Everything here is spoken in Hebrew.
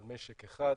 על משק אחד,